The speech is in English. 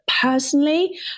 personally